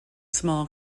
small